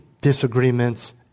disagreements